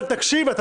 בבקשה, אדוני.